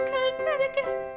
Connecticut